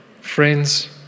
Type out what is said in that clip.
friends